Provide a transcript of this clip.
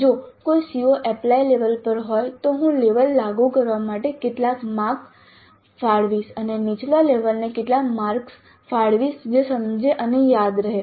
જો કોઈ CO apply level પર હોય તો હું લેવલ લાગુ કરવા માટે કેટલા માર્ક્સ ફાળવીશ અને નીચલા લેવલને કેટલા માર્ક્સ ફાળવીશ જે સમજે અને યાદ રહે